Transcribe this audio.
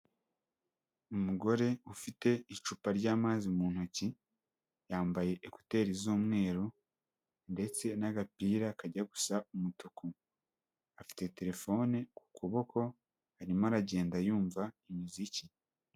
Umugore ufite icupa ry'amazi mu ntoki, yambaye ekuteri z'umweru ndetse n'agapira kajya gusa umutuku, afite telefone ku kuboko, arimo aragenda yumva imiziki.